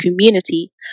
community